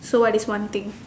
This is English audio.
so what is one thing